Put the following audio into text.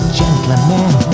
gentleman